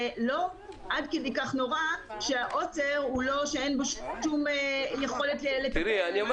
זה לא עד כדי כך נורא שהעוצר אין בו שום יכולת- -- אני יכול